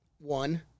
One